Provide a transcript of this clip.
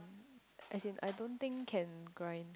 as in I don't think can grind